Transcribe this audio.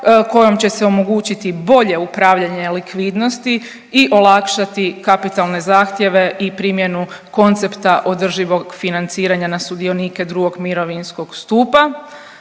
kojom će se omogućiti bolje upravljanje likvidnosti i olakšati kapitalne zahtjeve i primjenu koncepta održivog financiranja na sudionike drugog mirovinskog stupa.